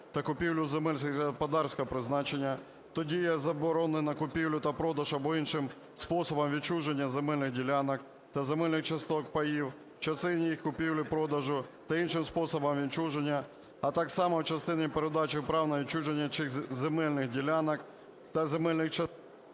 то дія заборони на купівлю та продаж або іншим способом відчуження земельних ділянок та земельних часток (паїв), в частині їх купівлі-продажу та іншим способом відчуження, а так само в частині передачі прав на відчуження цих земельних ділянок та земельних...".